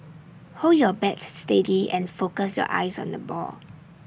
hold your bat steady and focus your eyes on the ball